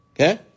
Okay